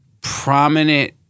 prominent